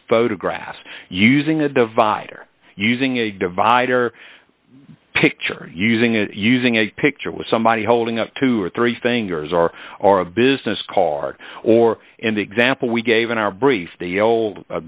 photographs using a divider using a divider picture using it using a picture with somebody holding up two or three things or or a business card or in the example we gave in our brief